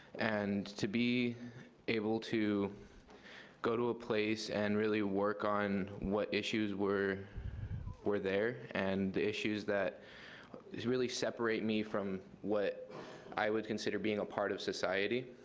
and to be able to go to a place and really work on what issues were were there and the issues that really separate me from what i would consider being a part of society.